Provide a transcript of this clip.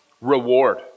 reward